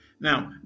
Now